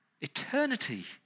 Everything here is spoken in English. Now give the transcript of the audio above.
Eternity